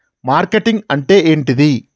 Marketing అంటే ఏంటిది?